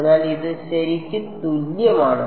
അതിനാൽ ഇത് ശരിക്ക് തുല്യമാണ്